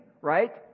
right